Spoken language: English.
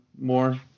more